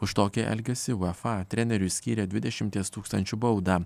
už tokį elgesį uefa treneriui skyrė dvidešimties tūkstančių baudą